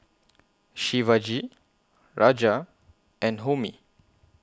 Shivaji Raja and Homi